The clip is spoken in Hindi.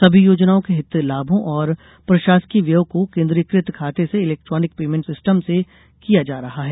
सभी योजनाओं के हित लाभों और प्रशासकीय व्ययों को केन्द्रीयकृत खाते से इलेक्ट्रानिक पेमेन्ट सिस्टम से किया जा रहा है